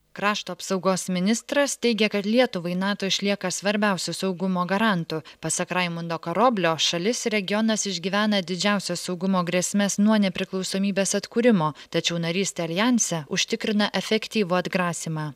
krašto apsaugos ministras teigia kad lietuvai nato išlieka svarbiausiu saugumo garantu pasak raimundo karoblio šalis ir regionas išgyvena didžiausias saugumo grėsmes nuo nepriklausomybės atkūrimo tačiau narystė aljanse užtikrina efektyvų atgrasymą